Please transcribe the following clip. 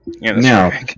Now